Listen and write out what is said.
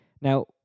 Now